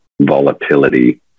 volatility